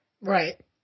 Right